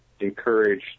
encourage